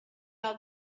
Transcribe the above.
out